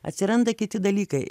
atsiranda kiti dalykai